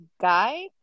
guy